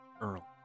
Earl